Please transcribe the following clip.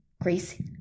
Grace